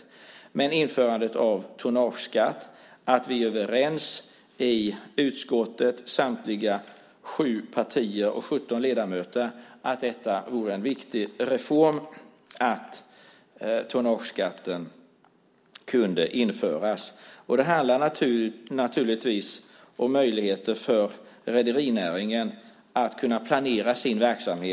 När det gäller införandet av tonnageskatt är vi överens i utskottet, samtliga sju partier och 17 ledamöter, om att det vore en viktig reform. Det handlar naturligtvis om möjligheter för rederinäringen att planera sin verksamhet.